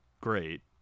great